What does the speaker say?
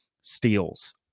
steals